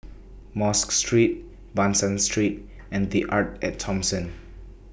Mosque Street Ban San Street and The Arte At Thomson